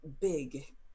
big